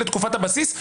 את תקופת הבסיס,